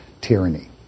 tyranny